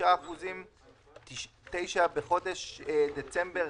2.75%; (9) בחודש דצמבר,